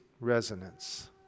resonance